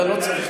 אתה לא צריך.